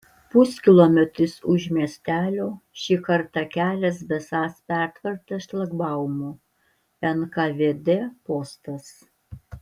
puskilometris už miestelio šį kartą kelias besąs pertvertas šlagbaumu nkvd postas